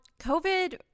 COVID